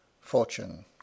fortune